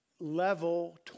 level